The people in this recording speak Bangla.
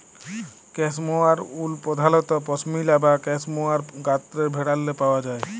ক্যাসমোয়ার উল পধালত পশমিলা বা ক্যাসমোয়ার গত্রের ভেড়াল্লে পাউয়া যায়